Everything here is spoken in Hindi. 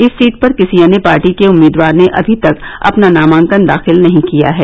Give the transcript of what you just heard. इस सीट पर किसी अन्य पार्टी के उम्मीदवार ने अभी तक अपना नामांकन दाखिल नहीं किया है